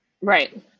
right